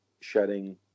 Shedding